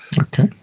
Okay